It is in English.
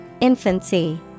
Infancy